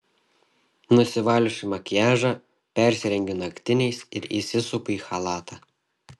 nusivaliusi makiažą persirengiu naktiniais ir įsisupu į chalatą